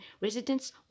residents